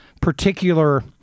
particular